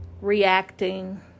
reacting